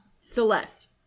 Celeste